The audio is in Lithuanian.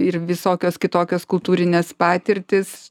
ir visokios kitokios kultūrinės patirtys